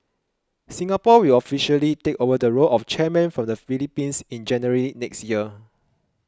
Singapore will officially take over the role of chairman from the Philippines in January next year